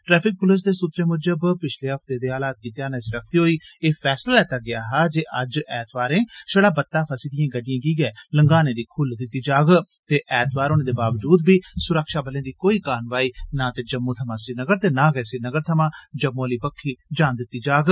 traffic पुलस दे सूत्रें मुजब पिछले हफ्ते दे हालात गी ध्यानै च रक्खदे होई एह फैसला लैता गेया हा जे अज्ज ऐतवारें षड़ा बत्तै फसी दिएं गड़िड़एं गी गै लंगाने दी खुल्ल दित्ती जाग ते ऐतवार होने दे बावजूद बी सुरक्षाबलें दी कोई कानवाई ना ते जम्मू थमां श्रीनगर ते नां गै श्रीनगर थमां जम्मू आली बक्खी जान दित्ती जाग